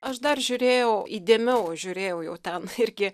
aš dar žiūrėjau įdėmiau žiūrėjau jau ten irgi